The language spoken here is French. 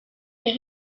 les